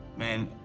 man